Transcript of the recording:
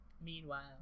Meanwhile